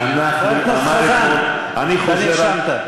שהח"כים הערבים, חבר הכנסת חזן, אתה נרשמת.